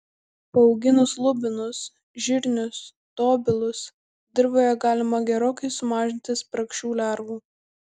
paauginus lubinus žirnius dobilus dirvoje galima gerokai sumažinti spragšių lervų